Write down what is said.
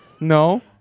No